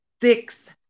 six